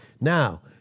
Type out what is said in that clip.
Now